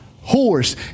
horse